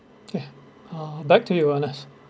kay uh back to you ernest